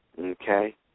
okay